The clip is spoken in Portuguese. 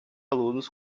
alunos